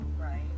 Right